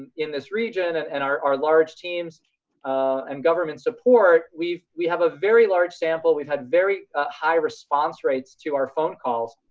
in this region and and our our large teams and government support. we have a very large sample, we've had very high response rates to our phone calls.